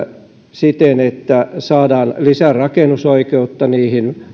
siten että saadaan useasti lisää rakennusoikeutta niihin